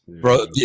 bro